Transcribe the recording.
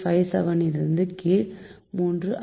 575யின் கீழ் 3 அதாவது 0